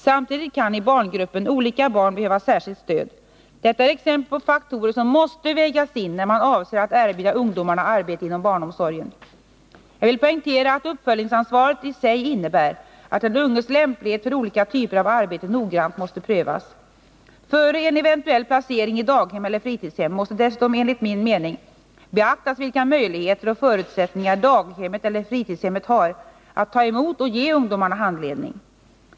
Samtidigt kan i barngruppen olika barn behöva särskilt stöd. Detta är exempel på faktorer som måste vägas in när man avser att erbjuda ungdomarna arbete inom barnomsorgen. Jag vill poängtera att uppföljningsansvaret i sig innebär att den unges lämplighet för olika typer av arbete noggrant måste prövas. Före en eventuell placering i daghem eller fritidshem måste dessutom enligt min mening beaktas vilka möjligheter och förutsättningar daghemmet eller fritidshemmet har att ta emot ungdomarna och ge dem handledning.